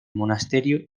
monasterio